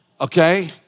Okay